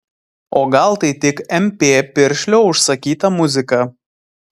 o gal tai tik mp piršlio užsakyta muzika